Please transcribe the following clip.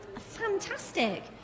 fantastic